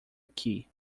aqui